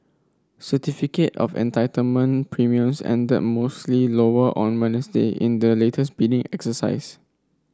certificate of Entitlement premiums ended mostly lower on Wednesday in the latest bidding exercise